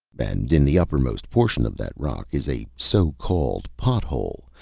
and in the uppermost portion of that rock is a so-called pot-hole,